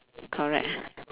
correct